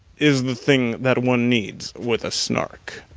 is the thing that one needs with a snark.